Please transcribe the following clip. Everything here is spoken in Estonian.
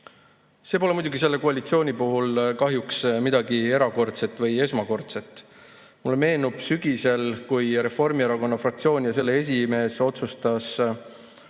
See pole muidugi selle koalitsiooni puhul kahjuks midagi erakordset või esmakordset. Mulle meenub, kui sügisel Reformierakonna fraktsioon ja selle esimees otsustasid olla